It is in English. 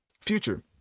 future